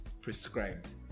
prescribed